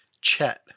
Chet